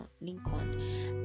lincoln